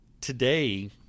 today